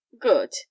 good